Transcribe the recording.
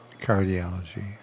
cardiology